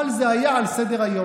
אבל זה היה על סדר-היום.